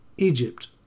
Egypt